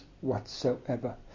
whatsoever